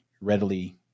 readily